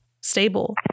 stable